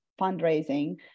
fundraising